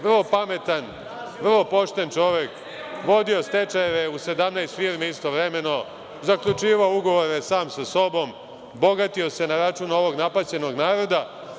Vrlo pametan, vrlo pošten čovek, vodio stečajeve u 17 firmi istovremeno, zaključivao ugovore sam sa sobom, bogatio se na račun ovog napaćenog naroda.